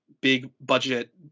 big-budget